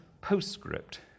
postscript